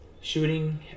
shooting